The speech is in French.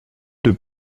deux